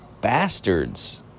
bastards